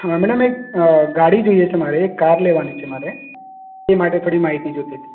madam એક ગાડી જોઈએ છે મારે એક કાર લેવાની છે મારે એ માટે થોડી માહિતી જોઈતી તી